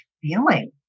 feeling